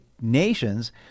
nations